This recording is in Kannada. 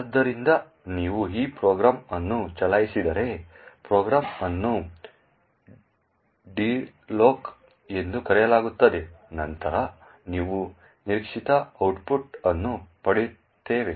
ಆದ್ದರಿಂದ ನೀವು ಈ ಪ್ರೋಗ್ರಾಂ ಅನ್ನು ಚಲಾಯಿಸಿದರೆ ಪ್ರೋಗ್ರಾಂ ಅನ್ನು ಡ್ರೆಲೋಕ್ ಎಂದು ಕರೆಯಲಾಗುತ್ತದೆ ನಂತರ ನಾವು ನಿರೀಕ್ಷಿತ ಔಟ್ಪುಟ್ ಅನ್ನು ಪಡೆಯುತ್ತೇವೆ